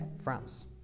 France